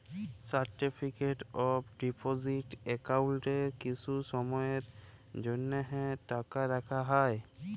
certificate of deposit একাউল্টে কিছু সময়ের জ্যনহে টাকা রাখা হ্যয়